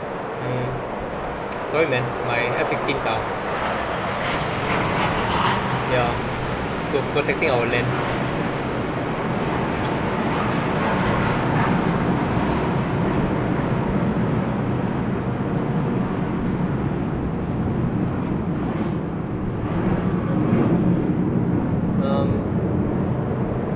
mm sorry man my F sixteens ah ya protecting our land um